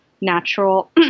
natural